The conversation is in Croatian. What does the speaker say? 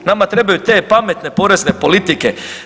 Nada trebaju te pametne porezne politike.